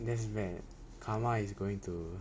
that's bad karma is going to